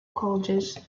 colleges